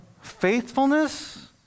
faithfulness